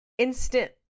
Instant